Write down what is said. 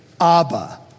Abba